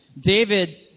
David